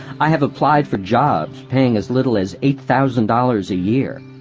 i have applied for jobs paying as little as eight thousand dollars a year.